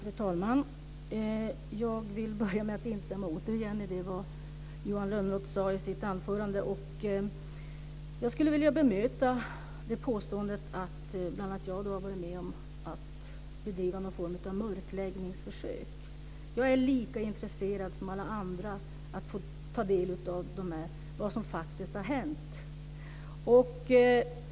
Fru talman! Jag vill börja med att återigen instämma i det Johan Lönnroth sade i sitt anförande. Jag skulle vilja bemöta påståendet att bl.a. jag har varit med om att bedriva någon form av mörkläggningsförsök. Jag är lika intresserad som alla andra att få ta del av vad som faktiskt har hänt.